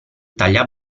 taglia